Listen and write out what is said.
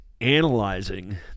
analyzing